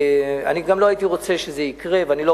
אני גם לא הייתי רוצה שזה יקרה ואני לא